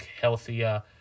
healthier